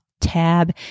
tab